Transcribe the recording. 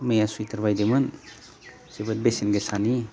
मैया सुइथार बायदोंमोन जोबोद बेसेन गोसानि